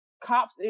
cops